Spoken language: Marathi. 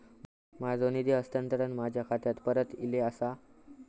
माझो निधी हस्तांतरण माझ्या खात्याक परत इले आसा